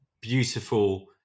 beautiful